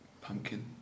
pumpkin